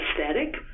aesthetic